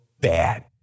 bad